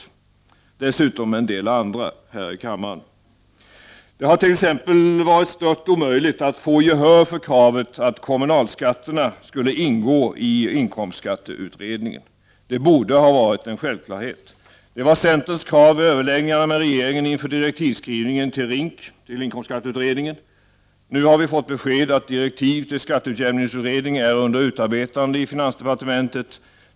Dessutom har jag i det sammanhanget saknat en del andra här i kammaren. Det har t.ex. varit stört omöjligt att få gehör för kravet på att kommunalskatterna skall ingå i inkomstskatteutredningen. Det borde ha varit en självklarhet. Det var centerns krav vid överläggningarna med regeringen inför direktivskrivningen till RINK, inkomstskatteutredningen. Nu har vi fått besked om att direktiv till skatteutjämningsutredningen är under utarbetande i finansdepartementet.